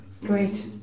Great